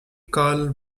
carl